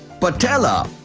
patella.